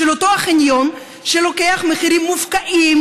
של אותו חניון שלוקח מחירים מופקעים